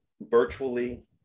virtually